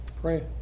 Pray